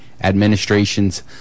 Administration's